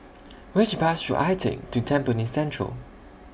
Which Bus should I Take to Tampines Central